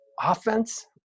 offense